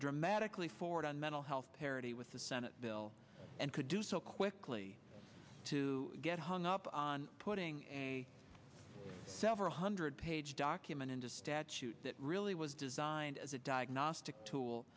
dramatically forward on mental health parity with the senate bill and could do so quickly to get hung up on putting a several hundred page document into statute that really was designed as a diagnostic tool